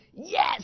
Yes